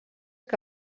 que